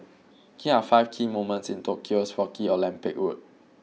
here are five key moments in Tokyo's rocky Olympic road